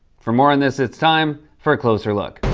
for more on this, it's time for a closer look.